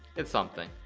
it's something